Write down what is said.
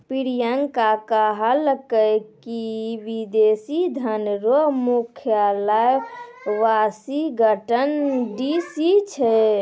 प्रियंका कहलकै की विदेशी धन रो मुख्यालय वाशिंगटन डी.सी छै